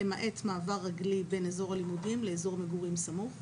למעט מעבר רגלי בין אזור הלימודים לאזור מגורים סמוך,